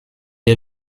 est